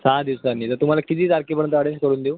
सहा दिवसांनी तर तुम्हाला किती तारखेपर्यंत अरेंज करून देऊ